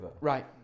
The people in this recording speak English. Right